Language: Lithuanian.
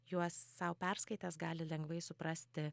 juos sau perskaitęs gali lengvai suprasti